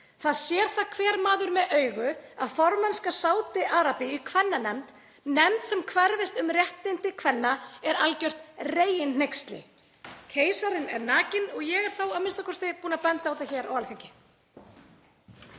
Það sér það hver maður með augu að formennska Sádi-Arabíu í kvennanefndinni, nefnd sem hverfist um réttindi kvenna, er algjört reginhneyksli. Keisarinn er nakinn og ég er þá a.m.k. búin að benda á þetta hér á Alþingi.